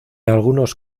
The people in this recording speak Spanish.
algunos